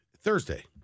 Thursday